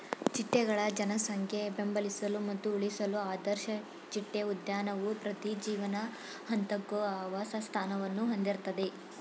ಚಿಟ್ಟೆಗಳ ಜನಸಂಖ್ಯೆ ಬೆಂಬಲಿಸಲು ಮತ್ತು ಉಳಿಸಲು ಆದರ್ಶ ಚಿಟ್ಟೆ ಉದ್ಯಾನವು ಪ್ರತಿ ಜೀವನ ಹಂತಕ್ಕೂ ಆವಾಸಸ್ಥಾನವನ್ನು ಹೊಂದಿರ್ತದೆ